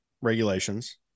regulations